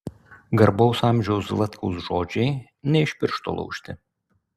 garbaus amžiaus zlatkaus žodžiai ne iš piršto laužti